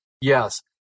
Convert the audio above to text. Yes